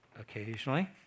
occasionally